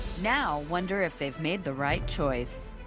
now wonder if they've made the right choice.